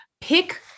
Pick